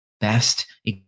best